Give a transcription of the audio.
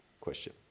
question